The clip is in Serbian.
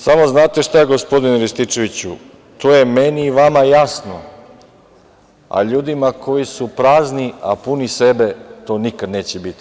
Samo, znate šta, gospodine Rističeviću, to je meni i vama jasno, a ljudima koji su prazni, a puni sebe, to nikad neće biti